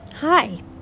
hi